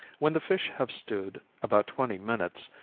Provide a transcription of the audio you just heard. when the fish have stewed about twenty minutes,